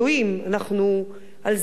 אנחנו על זה לא מוותרים.